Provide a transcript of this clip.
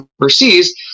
overseas